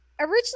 originally